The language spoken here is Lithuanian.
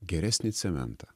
geresnį cementą